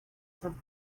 some